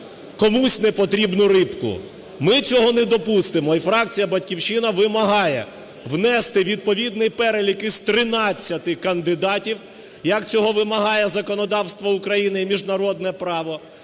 комусь непотрібну рибку. Ми цього не допустимо. І фракція "Батьківщина" вимагає внести відповідний перелік із 13 кандидатів, як цього вимагає законодавство України і міжнародне право,